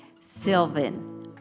Sylvan